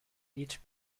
each